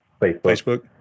Facebook